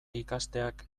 ikasteak